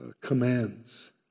commands